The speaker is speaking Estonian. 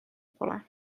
pole